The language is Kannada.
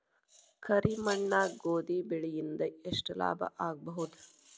ಕರಿ ಮಣ್ಣಾಗ ಗೋಧಿ ಬೆಳಿ ಇಂದ ಎಷ್ಟ ಲಾಭ ಆಗಬಹುದ?